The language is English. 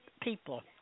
people